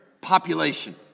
population